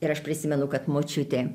ir aš prisimenu kad močiutė